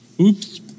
Oops